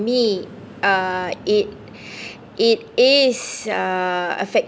me uh it it is uh affect~